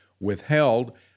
withheld